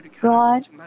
God